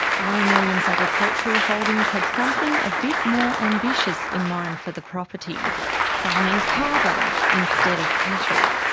r. m. williams agricultural holdings had something a bit more ambitious in mind for the property farming carbon instead of cattle.